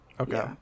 Okay